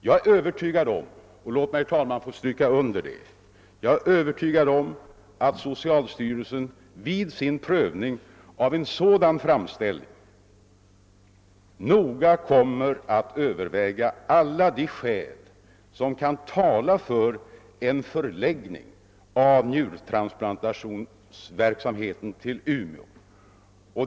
Jag är övertygad om — låt mig få stryka under det, herr talman — att socialstyrelsen vid sin prövning av en sådan framställning noga kommer att överväga alla de skäl som kan tala för en förläggning av njurtransplantationsverksamheten till Umeå.